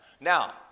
Now